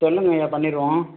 சொல்லுங்கய்யா பண்ணிருவோம்